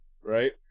right